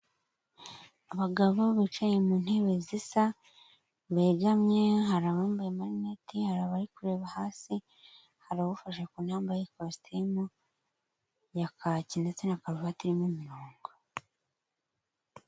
Abagabo bicaye mu ntebe zisa begamye hari abambaye amarinete hari abari kureba hasi, hari ufashe ku ntamba y'ikositimu ya kaki ndetse na karuvati irimo imirongo.